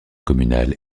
communal